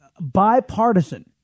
bipartisan